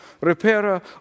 repairer